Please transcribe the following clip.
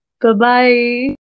Bye-bye